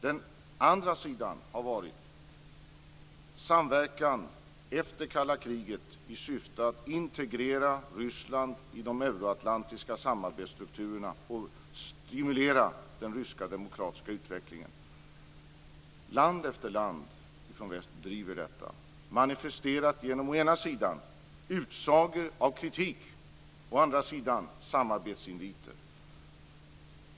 Den andra sidan har varit samverkan efter kalla kriget i syfte att integrera Ryssland i de euroatlantiska samarbetsstrukturerna och stimulera den ryska demokratiska utvecklingen. Land efter land från väst driver detta. Det är manifesterat genom å ena sidan utsagor av kritik och å andra sidan samarbetsinviter.